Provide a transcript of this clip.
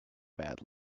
bad